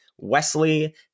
wesley